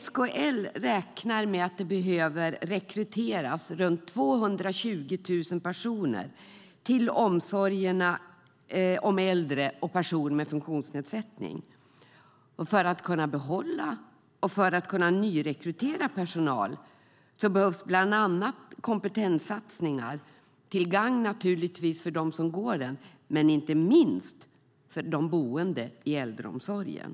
SKL räknar med att det behöver rekryteras runt 220 000 personer till omsorgen om äldre och personer med funktionsnedsättning. För att kunna behålla och nyrekrytera personal behövs bland annat kompetenssatsningar till gagn naturligtvis för den personal som deltar men inte minst för de boende i äldreomsorgen.